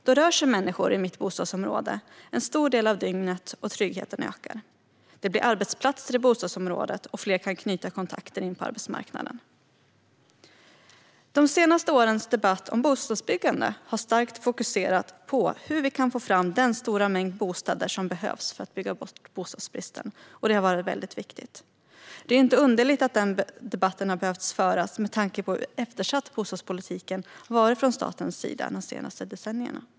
Då rör sig människor i mitt bostadsområde en stor del av dygnet, och tryggheten ökar. Det blir arbetsplatser i bostadsområdet, och fler kan knyta kontakter in på arbetsmarknaden. De senaste årens debatt om bostadsbyggande har starkt fokuserat på hur vi kan få fram den stora mängd bostäder som behövs för att bygga bort bostadsbristen, och det har varit väldigt viktigt. Det är inte underligt att den debatten har behövt föras med tanke på hur eftersatt bostadspolitiken varit från statens sida under de senaste decennierna.